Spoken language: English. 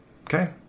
Okay